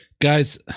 guys